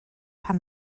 pan